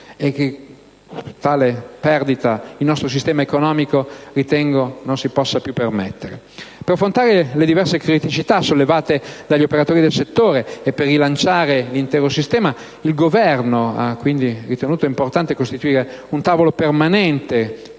che il nostro sistema economico non può più permettersi. Per affrontare le diverse criticità sollevate dagli operatori del settore e per rilanciare l'intero sistema, il Governo ha quindi ritenuto importante costituire un Tavolo permanente